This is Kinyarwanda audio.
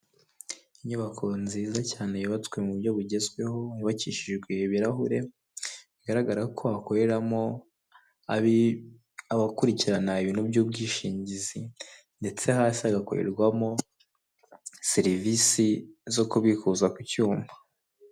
Inyubako nziza cyane y'ubatswe mu buryo bugezweho, yubakishijwe ibirahure, bigaragara ko hakoreramo abakurikirana ibintu by'umbwishingizi ndetse hasi hagakorerwamo serivisi zo kubikuza ku cyuma.